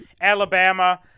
Alabama